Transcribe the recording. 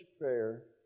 prayer